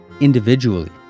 individually